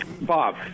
Bob